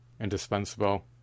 indispensable